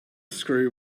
screw